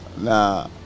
Nah